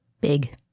Big